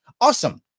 Awesome